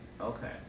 Okay